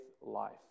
life